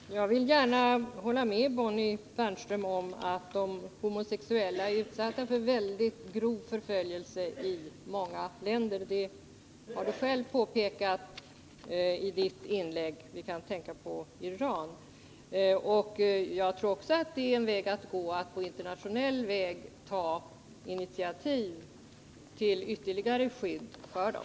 Herr talman! Jag vill gärna hålla med Bonnie Bernström om att de homosexuella är utsatta för väldigt grov förföljelse i många länder. Du har jälv påpekat i ditt inlägg att vi kan tänka på exempelvis Iran. Jag tror att det är en väg att gå att i internationella sammanhang ta initiativ till ytterligare skydd för dem.